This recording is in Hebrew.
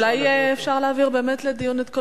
אולי אפשר להעביר באמת לדיון את כל